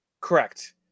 Correct